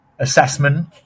Assessment